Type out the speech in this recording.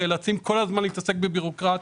אנחנו נאלצים כל הזמן להתעסק בבירוקרטיות,